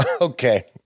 Okay